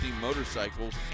motorcycles